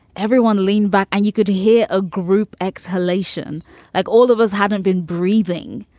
everyone leaned back and you could hear a group exhalation like all of us hadn't been breathing.